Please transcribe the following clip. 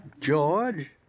George